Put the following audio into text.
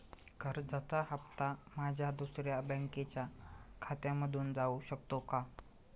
कर्जाचा हप्ता माझ्या दुसऱ्या बँकेच्या खात्यामधून जाऊ शकतो का?